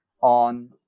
on